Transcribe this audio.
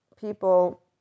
people